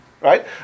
Right